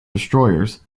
destroyers